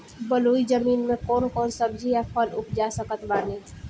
बलुई जमीन मे कौन कौन सब्जी या फल उपजा सकत बानी?